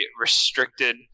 restricted